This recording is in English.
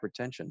hypertension